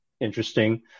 interesting